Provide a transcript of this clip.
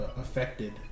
affected